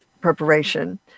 preparation